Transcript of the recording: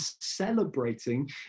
celebrating